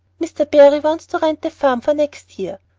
mr. barry wants to rent the farm for next year.